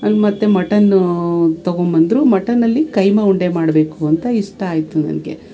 ಅಲ್ಲಿ ಮತ್ತು ಮಟನ್ನು ತಗೊಬಂದ್ರು ಮಟನಲ್ಲಿ ಕೈಮಾ ಉಂಡೆ ಮಾಡಬೇಕು ಅಂತ ಇಷ್ಟ ಆಯಿತು ನನಗೆ